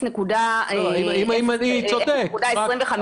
מ-0.25 אחוזים.